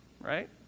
Right